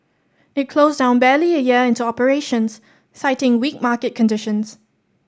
it closed down barely a year into operations citing weak market conditions